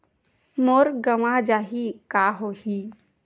मोर गंवा जाहि का होही?